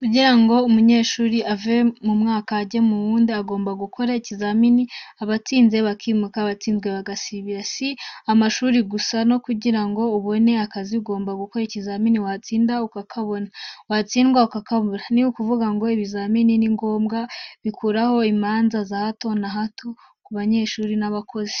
Kugira ngo umunyeshuri ave mu mwaka ajye mu wundi, agomba gukora ikizamini, abatsinze bakimuka, abatsinzwe bagasibira. Si amashuri gusa no kugira ngo ubone akazi ugomba gukora kizamini watsinda ukakabona, watsindwa ukakabura. Ni ukuvuga ngo ibizamini ni ngombwa, bikuraho imanza za hato na hato ku banyeshuri n'abakozi.